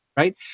Right